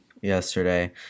yesterday